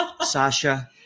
Sasha